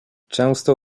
często